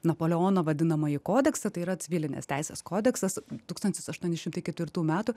napoleono vadinamąjį kodeksą tai yra civilinės teisės kodeksas tūkstantis aštuoni šimtai ketvirtų metų